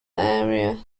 area